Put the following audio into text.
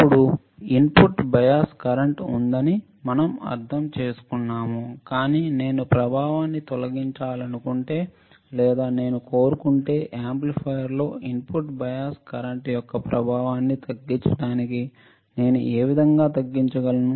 ఇప్పుడు input bias current ఉందని మేము అర్థం చేసుకున్నాము కానీ నేను ప్రభావాన్ని తొలగించాలనుకుంటే లేదా నేను కోరుకుంటే యాంప్లిఫైయర్లో ఇన్పుట్ బయాస్ కరెంట్ యొక్క ప్రభావాన్ని తగ్గించడానికి నేను ఏ విధంగా తగ్గించగలను